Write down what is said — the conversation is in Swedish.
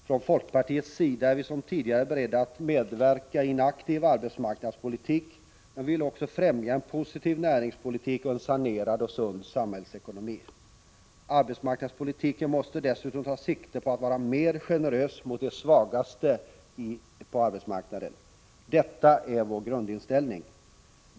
Från folkpartiets sida är vi nu som tidigare beredda att medverka till en aktiv arbetsmarknadspolitik, men vi vill också främja en positiv näringspolitik och en sanerad och sund samhällsekonomi. Arbetsmarknadspolitiken måste dessutom ta sikte på att vara mer generös mot de svagaste på arbetsmarknaden. Detta är vår grundinställning.